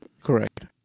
Correct